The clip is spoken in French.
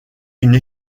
une